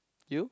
you